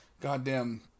goddamn